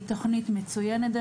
היא תוכנית מצוינת.